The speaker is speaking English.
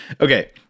Okay